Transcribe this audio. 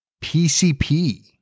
PCP